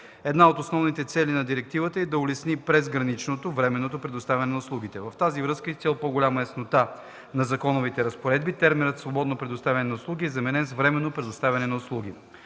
Една от основните цели на директивата е да улесни презграничното (временното) предоставяне на услуги. В тази връзка и с цел по-голяма яснота на законовите разпоредби терминът „свободно предоставяне на услуги” е заменен с „временно предоставяне на услуги”.